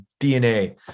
DNA